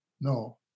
No